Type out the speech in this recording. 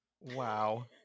Wow